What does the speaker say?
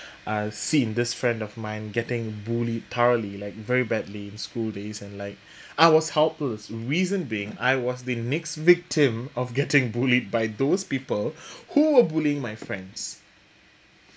I've seen this friend of mine getting bullied thoroughly like very badly in school days and like I was helpless reason being I was the next victim of getting bullied by those people who were bullying my friends